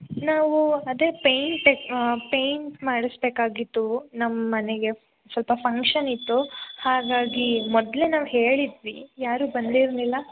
ನಾವೂ ಅದೇ paint paint ಮಾಡಿಸ್ಬೇಕಾಗಿತ್ತು ನಮ್ಮ ಮನೆಗೆ ಸ್ವಲ್ಪ ಫಂಕ್ಷನ್ ಇತ್ತು ಹಾಗಾಗಿ ಮೊದಲೇ ನಾವು ಹೇಳಿದ್ವಿ ಯಾರು ಬಂದಿರ್ಲಿಲ್ಲಾ